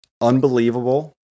Unbelievable